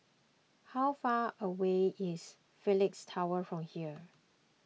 how far away is Phoenix Tower from here